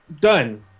Done